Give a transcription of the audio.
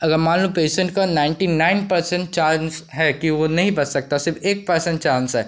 अगर मान लो कि पेशेंट का नाइनटी नाइन पर्सेंट चांस है कि वह नहीं बच सकता सिर्फ एक पर्सेंट चांस है